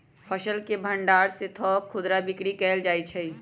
फसल के भण्डार से थोक खुदरा बिक्री कएल जाइ छइ